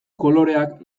koloreak